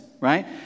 right